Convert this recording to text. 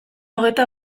hogeita